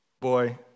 Boy